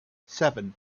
seven